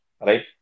right